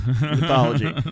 mythology